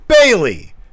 Bailey